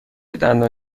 دندان